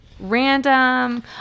random